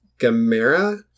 Gamera